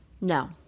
No